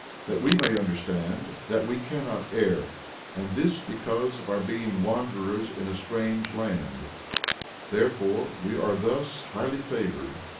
that we may understand, that we cannot err and this because of our being wanderers in a strange land therefore, we are thus highly favored,